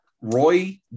Roy